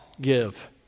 give